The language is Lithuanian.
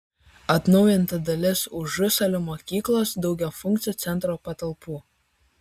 atnaujinta dalis užusalių mokyklos daugiafunkcio centro patalpų